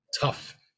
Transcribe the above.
Tough